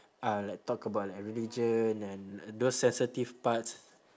uh like talk about like religion and those sensitive parts